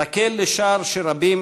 נקל לשער שרבים